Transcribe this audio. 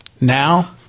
Now